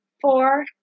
four